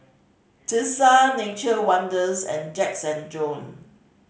Tesla Nature Wonders and Jacks and Jone